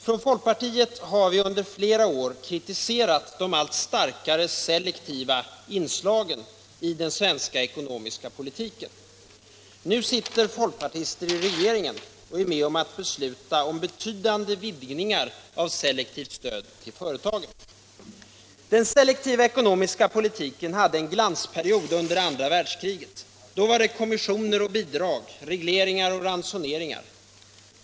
Från folkpartiet har vi under flera år kritiserat de allt starkare selektiva inslagen i den svenska ekonomiska politiken. Nu sitter folkpartister i regeringen och är med om att föreslå betydande vidgningar av selektivt stöd till företagen. Den selektiva ekonomiska politiken hade sin glansperiod under andra världskriget. Då var det kommissioner och bidrag, regleringar och ransoneringar.